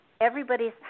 everybody's